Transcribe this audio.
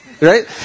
Right